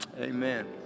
Amen